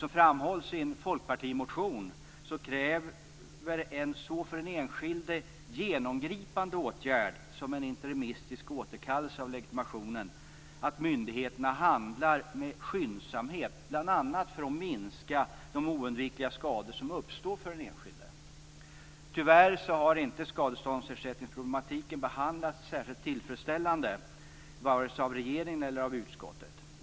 Som framhålls i en folkpartimotion kräver en för den enskilde så genomgripande åtgärd som en interimistisk återkallelse av legitimationen att myndigheterna handlar med skyndsamhet, bl.a. för att minska de oundvikliga skador som uppstår för den enskilde. Tyvärr har inte skadeståndsersättningsproblematiken behandlats särskilt tillfredsställande av vare sig regeringen eller utskottet.